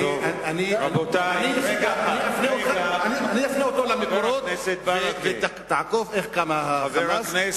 אני אפנה אותך למקורות ותעקוב איך קם ה"חמאס".